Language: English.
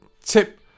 tip